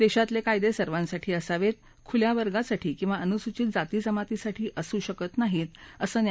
देशातले कायदे सर्वांसाठी असावेत खुल्या वर्गासाठी किंवा अनुसूचित जाती जमातीसाठी असू शकत नाहीत असं न्या